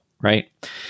right